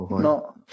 no